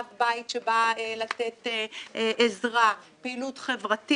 אב בית שבא לתת עזרה, פעילות חברתית.